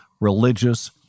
religious